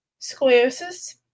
scoliosis